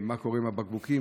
מה קורה עם הבקבוקים,